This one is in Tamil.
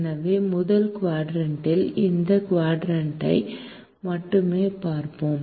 எனவே முதல் குவாட்ரண்ட்ல் இந்த குவாட்ரண்ட்ஐ மட்டுமே நாம் பார்ப்போம்